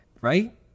right